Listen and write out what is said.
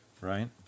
Right